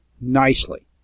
nicely